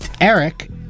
Eric